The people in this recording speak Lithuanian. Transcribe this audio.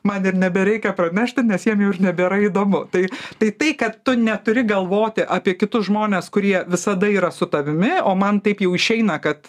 man ir nebereikia pranešti nes jiem jau ir nebėra įdomu tai tai tai kad tu neturi galvoti apie kitus žmones kurie visada yra su tavimi o man taip jau išeina kad